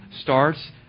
starts